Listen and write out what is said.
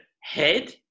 head